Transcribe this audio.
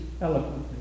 eloquently